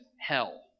hell